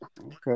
Okay